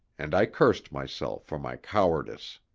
and i cursed myself for my cowardice.